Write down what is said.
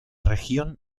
región